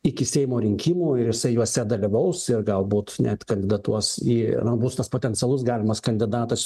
iki seimo rinkimų ir jisai juose dalyvaus ir galbūt net kandidatuos į bus tas potencialus galimas kandidatas